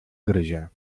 gryzie